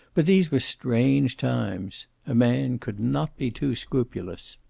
but these were strange times. a man could not be too scrupulous.